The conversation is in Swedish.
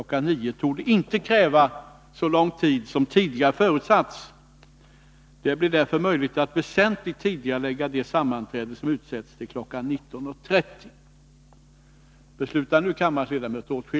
09.00 torde inte kräva så lång tid som tidigare förutsatts. Det blir därför möjligt att väsentligt tidigarelägga det sammanträde som utsatts till kl. 19.30.